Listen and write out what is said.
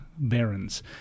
Barons